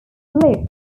lip